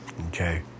okay